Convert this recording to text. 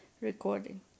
recording